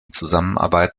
zusammenarbeit